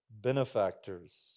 benefactors